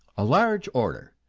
a large order,